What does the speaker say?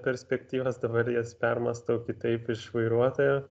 perspektyvos dabar jas permąstau kitaip iš vairuotojo